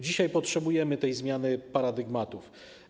Dzisiaj potrzebujemy tej zmiany paradygmatów.